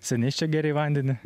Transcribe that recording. seniai čia gėrei vandenį